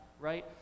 right